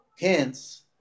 Hence